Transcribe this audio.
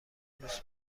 لوس